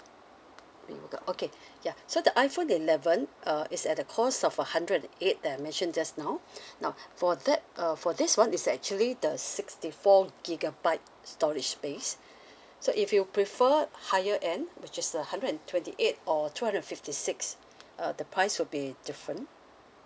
okay ya so the iphone eleven uh is at the cost of a hundred and eight that I mentioned just now now for that uh for this [one] it's actually the sixty four gigabyte storage space so if you prefer higher end which is a hundred and twenty eight or two hundred and fifty six uh the price will be different